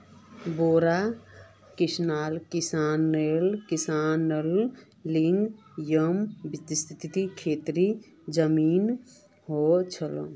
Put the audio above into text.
बोड़ो किसानेर लिगि येमं विस्तृत खेतीर जमीन ह छे